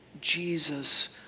Jesus